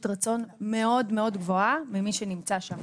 רצון מאוד מאוד גבוהה ממי שנמצא שם,